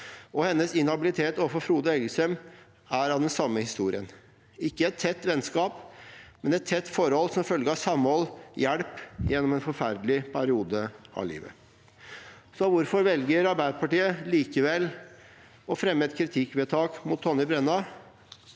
Hennes inhabilitet overfor Frode Elgesem er del av den samme historien – ikke et tett vennskap, men et tett forhold som følge av samhold og hjelp i en forferdelig periode av livet. Hvorfor velger Arbeiderpartiet likevel å fremme et kritikkvedtak mot Tonje Brenna?